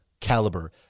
caliber